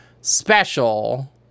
special